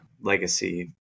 legacy